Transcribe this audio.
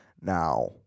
Now